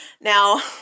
Now